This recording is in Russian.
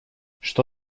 что